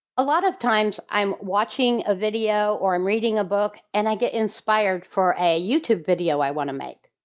a lot of times, i'm watching a video or i'm reading a book and i get inspired for a youtube video i want to make